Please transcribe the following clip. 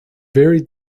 very